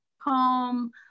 home